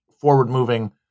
forward-moving